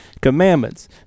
commandments